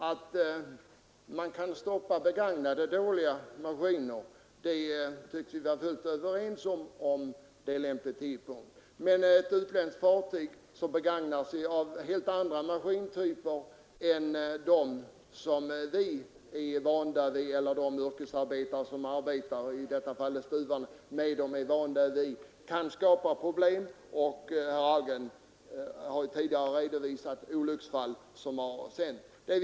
Att man vid lämplig tidpunkt skall kunna stoppa driften med begagnade dåliga maskiner tycks vi vara fullständigt överens om, men det kan skapa problem att utländska fartyg begagnar sig av helt andra maskintyper än sådana som de yrkesarbetare som arbetar med maskinerna — i detta fall stuvarna — är vana vid. Herr Hallgren har tidigare redovisat olycksfall som har inträffat.